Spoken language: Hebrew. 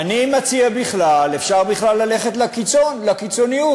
אני מציע, אפשר בכלל ללכת לקיצון, לקיצוניות.